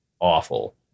awful